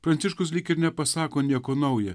pranciškus lyg ir nepasako nieko nauja